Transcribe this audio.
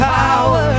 power